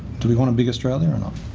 do we want a big australia or not?